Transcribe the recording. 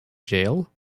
jail